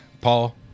Paul